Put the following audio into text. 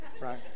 right